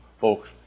Folks